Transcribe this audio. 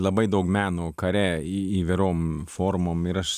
labai daug meno kare į įvairiom formom ir aš